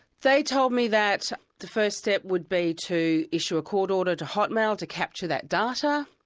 they told me that the first step would be to issue a court order to hotmail to capture that data.